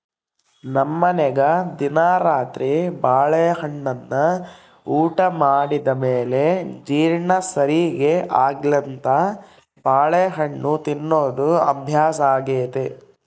ನಮ್ಮನೆಗ ದಿನಾ ರಾತ್ರಿ ಬಾಳೆಹಣ್ಣನ್ನ ಊಟ ಮಾಡಿದ ಮೇಲೆ ಜೀರ್ಣ ಸರಿಗೆ ಆಗ್ಲೆಂತ ಬಾಳೆಹಣ್ಣು ತಿನ್ನೋದು ಅಭ್ಯಾಸಾಗೆತೆ